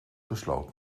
besloot